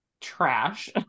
trash